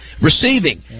receiving